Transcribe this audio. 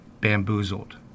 bamboozled